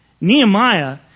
Nehemiah